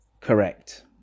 correct